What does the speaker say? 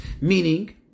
Meaning